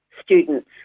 students